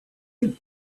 him